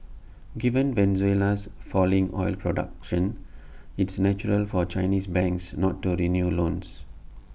given Venezuela's falling oil production it's natural for Chinese banks not to renew loans